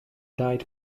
died